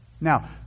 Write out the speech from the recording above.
Now